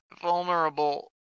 vulnerable